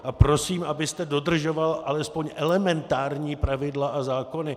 A prosím, abyste dodržoval alespoň elementární pravidla a zákony.